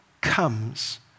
comes